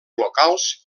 locals